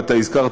אתה הזכרת,